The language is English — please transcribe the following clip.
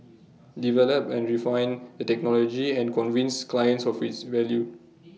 develop and refine the technology and convince clients of its value